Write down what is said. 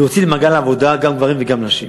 להוציא למעגל העבודה גם גברים וגם נשים.